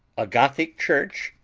a gothic church,